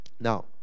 Now